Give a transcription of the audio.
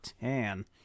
tan